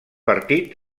partit